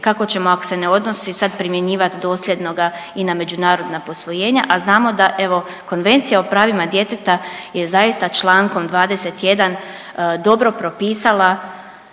kako ćemo ako se ne odnosi sad primjenjivat dosljednoga i na međunarodna posvojenja, a znamo da evo Konvencija o pravima djeteta je zaista čl. 21. dobro propisala